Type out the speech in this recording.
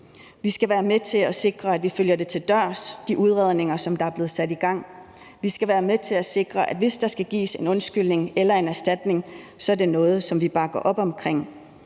Vi skal være med til at sikre, at vi følger de udredninger, som er blevet sat i gang, til dørs. Vi skal være med til at sikre, at hvis der skal gives en undskyldning eller en erstatning, er det noget, som vi bakker op omkring.